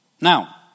Now